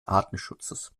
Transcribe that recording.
artenschutzes